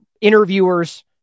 interviewers